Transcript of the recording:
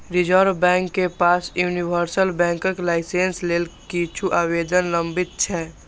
reserve bank के पास universal बैंकक लाइसेंस लेल किछु आवेदन लंबित छै